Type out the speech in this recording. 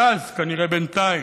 גז, כנראה בינתיים,